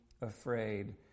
afraid